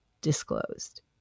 disclosed